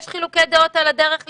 יש חילוקי דעות על הדרך להתמודד.